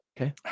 Okay